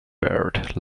barred